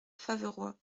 faverois